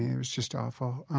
it was just awful.